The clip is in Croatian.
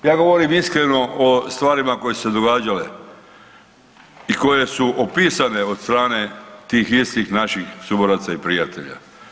Ja govorim iskreno o stvarima koje su se događale i koje su opisane od strane tih istih naših suboraca i prijatelja.